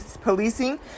policing